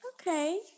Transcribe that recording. Okay